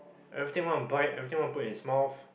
everything want to bite everything want to put into his mouth